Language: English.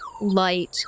light